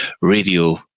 radio